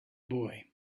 boy